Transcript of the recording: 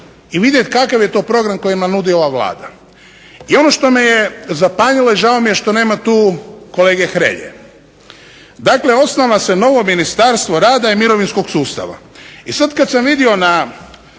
i vidjeti kakav je to program koji nam nudi ova Vlada. I ono što me je zapanjilo i žao mi je što nema tu kolege Hrelje. Dakle, osniva se novo ministarstvo rada i mirovinskog sustava. I sada kada sam vido na